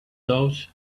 those